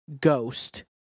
ghost